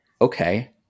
Okay